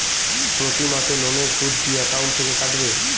প্রতি মাসে লোনের সুদ কি একাউন্ট থেকে কাটবে?